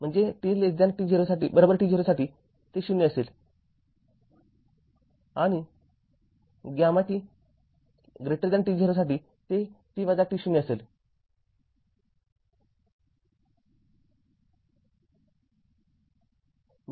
म्हणजे tt0 साठी ते ० असेल आणि γt t0 साठी ते t t0 असेल बरोबर